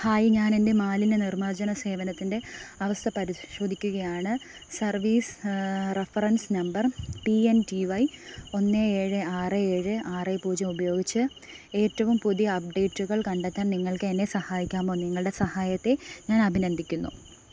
hi ഞാനെൻ്റെ മാലിന്യ നിർമാർജന സേവനത്തിൻ്റെ അവസ്ഥ പരിശോധിക്കുകയാണ് service reference number P N T Y ഒന്ന് ഏഴ് ആറ് ഏഴ് ആറ് പൂജ്യം ഉപയോഗിച്ച് ഏറ്റവും പുതിയ അപ്ഡേറ്റുകൾ കണ്ടെത്താൻ നിങ്ങൾക്ക് എന്നെ സഹായിക്കാമോ നിങ്ങളുടെ സഹായത്തെ ഞാൻ അഭിനന്ദിക്കുന്നു